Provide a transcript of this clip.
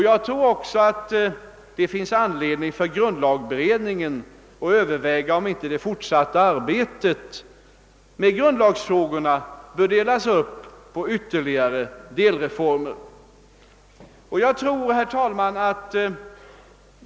Jag tror också att det finns anledning för grund lagberedningen att överväga om inte det fortsatta arbetet med grundlagsfrågorna bör delas upp på ytterligare delreformer.